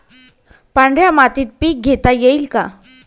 पांढऱ्या मातीत पीक घेता येईल का?